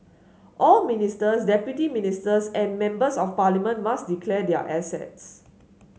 all ministers deputy ministers and members of parliament must declare their assets